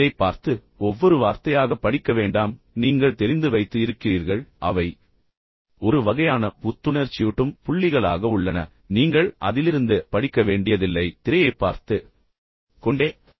எனவே அதைப் பார்த்து ஒவ்வொரு வார்த்தையாக படிக்க வேண்டாம் நீங்கள் தெரிந்து வைத்து இருக்கிறீர்கள் அவை ஒரு வகையான புத்துணர்ச்சியூட்டும் புள்ளிகளாக உள்ளன எனவே நீங்கள் அதிலிருந்து படிக்க வேண்டியதில்லை திரையைப் பார்த்து கொண்டே இருக்க வேண்டாம்